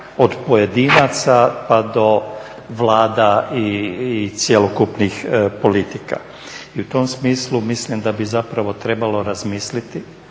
od pojedinaca pa do Vlada i cjelokupnih politika. I u tom smislu mislim da bi zapravo trebalo razmisliti